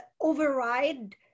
override